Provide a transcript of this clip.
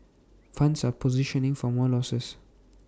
funds are positioning for more losses